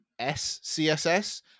SCSS